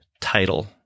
title